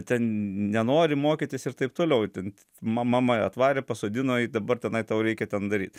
ten nenori mokytis ir taip toliau ten ma mama jo atvarė pasodino ir dabar tenai tau reikia ten daryt